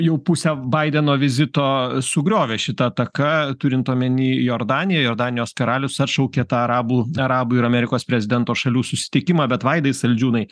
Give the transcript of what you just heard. jau pusę baideno vizito sugriovė šita ataka turint omeny jordanija jordanijos karalius atšaukė tą arabų arabų ir amerikos prezidento šalių susitikimą bet vaidai saldžiūnai